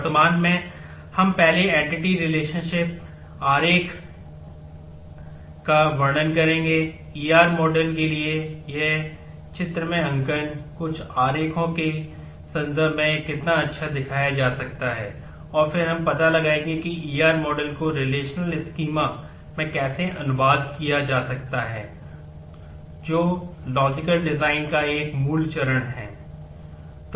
वर्तमान में हम पहले एंटिटी रिलेशनशिप आरेख का एक मूल चरण है